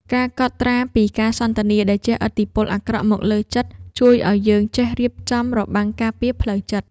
ការកត់ត្រាពីការសន្ទនាដែលជះឥទ្ធិពលអាក្រក់មកលើចិត្ត ជួយឱ្យយើងចេះរៀបចំរបាំងការពារផ្លូវចិត្ត។